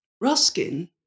Ruskin